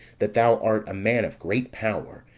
that thou art a man of great power,